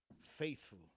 faithful